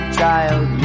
child